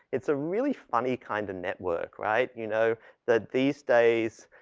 it's a really funny kind of network, right? you know that these days